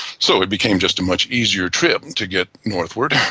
so it became just a much easier trip to get northward.